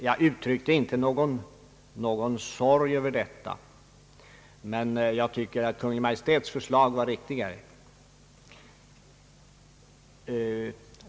Jag uttryckte inte någon sorg över detta, men jag tycker att Kungl. Maj:ts förslag var riktigare.